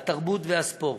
ומשרד התרבות והספורט.